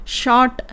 short